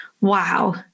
wow